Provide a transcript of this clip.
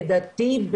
לדעתי,